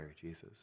Jesus